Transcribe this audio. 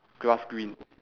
grass green